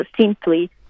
simply